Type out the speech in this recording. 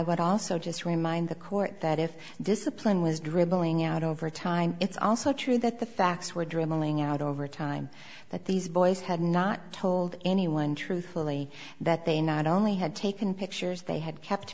would also just remind the court that if discipline was dribbling out over time it's also true that the facts were dribbling out over time that these boys had not told anyone truthfully that they not only had taken pictures they had kept